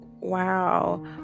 Wow